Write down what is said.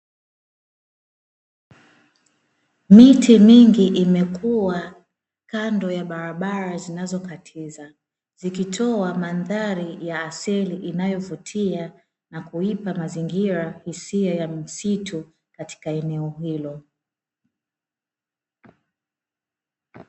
Miti mingi imekuwa kando ya barabara zinazokatiza zikitoa mandhari ya asili inayovutia na kuipa mazingira isiyo ya msitu katika eneo hilo.